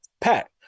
Pat